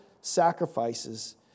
sacrifices